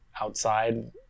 outside